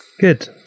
good